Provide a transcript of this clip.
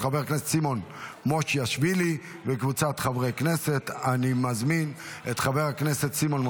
של חברי הכנסת סימון מושיאשוילי וינון אזולאי אושרה בקריאה טרומית,